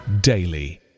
daily